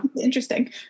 interesting